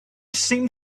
seemed